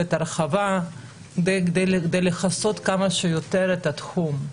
ויכולת הרחבה כדי לכסות כמה שיותר את התחום.